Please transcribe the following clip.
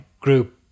group